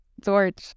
George